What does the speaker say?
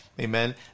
amen